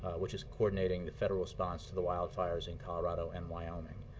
which is coordinating the federal response to the wildfires in colorado and wyoming.